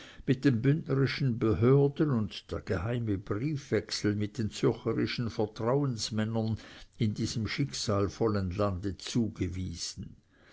mit den bündnerischen behörden und der geheime briefwechsel mit den zürcherischen vertrauensmännern in diesem schicksalsvollen lande zugewiesen